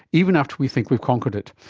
even after we think we've conquered it.